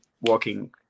working